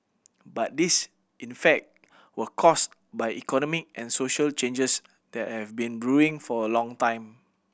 but these in fact were caused by economic and social changes that have been brewing for a long time